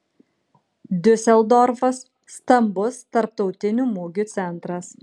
diuseldorfas stambus tarptautinių mugių centras